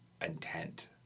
intent